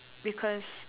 because